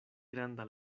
granda